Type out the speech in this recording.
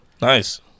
Nice